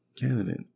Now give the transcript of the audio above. candidate